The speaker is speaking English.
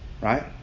Right